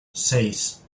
seis